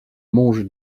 mange